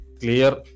clear